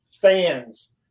fans